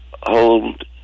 hold